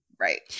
Right